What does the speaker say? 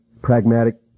pragmatic